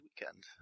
weekend